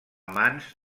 mans